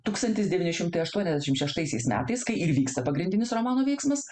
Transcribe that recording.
tūkstantis devyni šimtai aštuoniasdešim šeštaisiais metais kai ir vyksta pagrindinis romano veiksmas